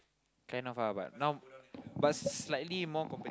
kind of lah but now but slightly more compe~